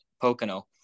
Pocono